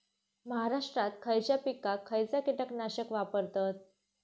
महाराष्ट्रात खयच्या पिकाक खयचा कीटकनाशक वापरतत?